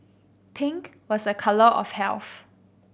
pink was a colour of health